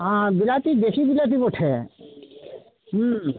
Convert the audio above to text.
হ্যাঁ বিলাতি দেশি বিলাতি বটে হুম